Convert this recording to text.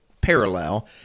parallel